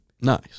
Nice